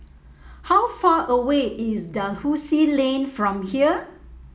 how far away is Dalhousie Lane from here